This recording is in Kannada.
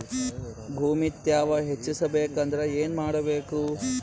ಭೂಮಿ ತ್ಯಾವ ಹೆಚ್ಚೆಸಬೇಕಂದ್ರ ಏನು ಮಾಡ್ಬೇಕು?